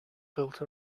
built